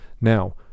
Now